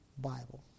Bible